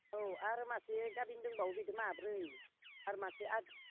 औ आरो मासे गाबिन दंबावो बिदो माब्रै आरो मासे आदि